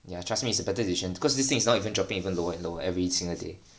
ya trust me a better decision cause this thing is now even dropping lower and lower every single day